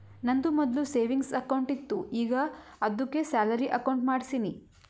ನಂದು ಮೊದ್ಲು savings account ಇತ್ತು ಈಗ ಆದ್ದುಕೆ ಸ್ಯಾಲರಿ ಅಕೌಂಟ್ ಮಾಡ್ಸಿನಿ